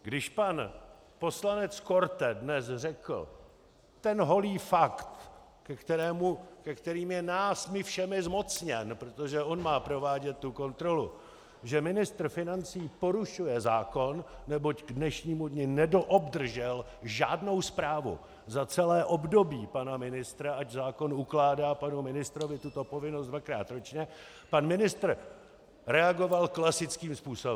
Když pan poslanec Korte dnes řekl ten holý fakt, ke kterému je námi všemi zmocněn, protože on má provádět tu kontrolu, že ministr financí porušuje zákon, neboť k dnešnímu dni nedoobdržel žádnou zprávu za celé období pana ministra, ač zákon ukládá panu ministrovi tuto povinnost dvakrát ročně, pan ministr reagoval klasickým způsobem: